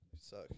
suck